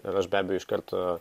ir aš be abejo iš karto